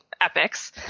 epics